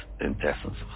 intestines